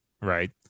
Right